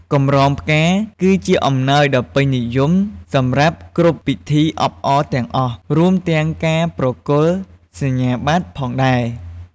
កម្រងផ្កា គឺជាអំណោយដ៏ពេញនិយមសម្រាប់គ្រប់ ពិធីអបអរទាំងអស់ រួមទាំងការប្រគល់សញ្ញាបត្រផងដែរ។